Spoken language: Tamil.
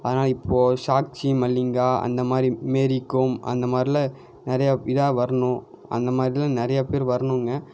அதனால இப்போ ஷாக்ஷிமல்லிங்கா அந்த மாதிரி மேரிக்கோம் அந்த மாதிர்லாம் நிறையா இதாக வரணும் அந்த மாதிரிலாம் நிறையா பேர் வரணுங்க